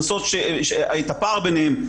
את הפער ביניהם.